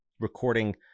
recording